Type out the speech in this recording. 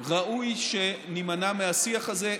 ראוי שנמנע מהשיח הזה.